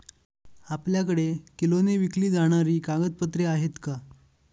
आपल्याकडे किलोने विकली जाणारी कागदपत्रे आहेत का?